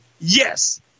yes